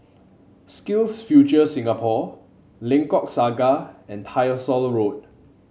SkillsFuture Singapore Lengkok Saga and Tyersall Road